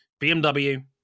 BMW